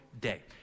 day